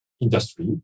Industry